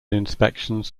inspections